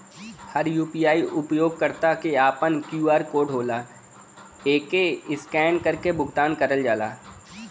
हर UPI उपयोगकर्ता क आपन क्यू.आर कोड होला एके स्कैन करके भुगतान करल जाला